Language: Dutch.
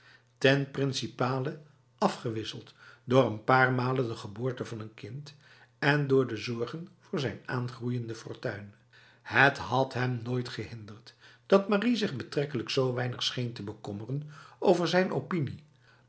principale afgewisseld door n paar malen de geboorte van een kind en door de zorgen voor zijn aangroeiende fortuin het had hem nooit gehinderd dat marie zich betrekkelijk zo weinig scheen te bekommeren over zijn opinie